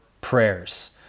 prayers